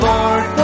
Lord